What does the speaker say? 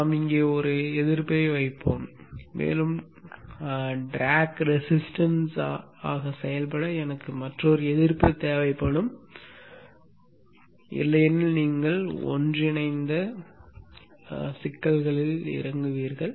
நாம் இங்கே ஒரு எதிர்ப்பை வைப்போம் மேலும் டிராக் ரெசிஸ்டன்ஸ் ஆக செயல்பட எனக்கு மற்றொரு எதிர்ப்பு தேவைப்படும் இல்லையெனில் நீங்கள் ஒன்றிணைந்த சிக்கல்களில் இறங்குவீர்கள்